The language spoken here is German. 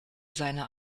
seiner